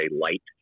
light